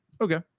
Okay